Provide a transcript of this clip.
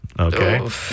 Okay